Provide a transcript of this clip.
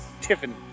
Tiffin